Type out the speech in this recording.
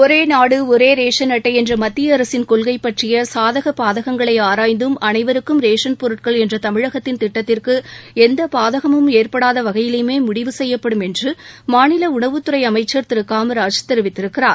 ஒரே நாடு ஒரே ரேசன் அட்டை என்ற மத்திய அரசின் கொள்கை பற்றிய சாதக பாதகங்களை ஆராய்ந்தும் அனைவருக்கும் ரேசன் பொருட்கள் என்ற தமிழகத்தின் திட்டத்திற்கு எந்த பாதகமும் ஏற்படாத வகையிலுமே முடிவு செய்யப்படும் என்று மாநில உணவுத் துறை அமைச்சர் திரு ஆர் காமராஜ் தெரிவித்திருக்கிறார்